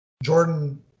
Jordan